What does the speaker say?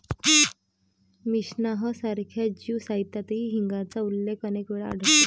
Mishnah सारख्या Jew साहित्यातही हिंगाचा उल्लेख अनेक वेळा आढळतो